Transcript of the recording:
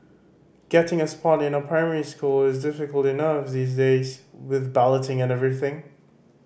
getting a spot in a primary school is difficult enough these days with balloting and everything